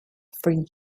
for